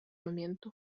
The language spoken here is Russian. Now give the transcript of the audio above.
моменту